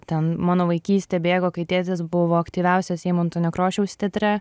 ten mano vaikystė bėgo kai tėtis buvo aktyviausias eimunto nekrošiaus teatre